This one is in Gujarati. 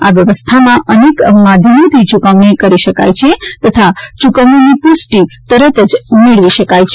આ વ્યવસ્થામાં અનેક માધ્યમોથી ચુકવણી કરી શકાય છે તથા ચુકવણીની પ્રષ્ટિ તરત જ મેળવી શકાય છે